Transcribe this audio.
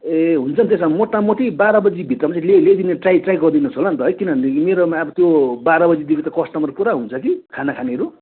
ए हुन्छ नि त्यसो भए मोटामोटि बाह्र बजी भित्रमा ले ल्याइदिने ट्रा ट्राइ गरिदिनुहोस् हाला नि त है किन भनेदेखि मेरोमा अब त्यो बाह्र बजीदेखि त कस्टमर पुरा हुन्छ कि खाना खानेहरू